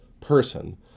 person